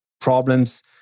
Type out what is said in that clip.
problems